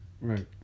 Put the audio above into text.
Right